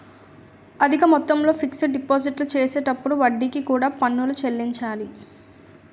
అధిక మొత్తంలో ఫిక్స్ డిపాజిట్లు చేసినప్పుడు వడ్డీకి కూడా పన్నులు చెల్లించాలి